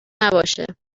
نباشه